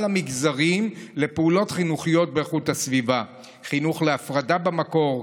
המגזרים לפעולות חינוכיות באיכות הסביבה: חינוך להפרדה במקור,